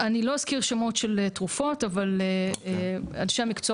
אני לא אזכיר שמות של תרופות אבל אנשי המקצוע